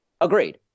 Agreed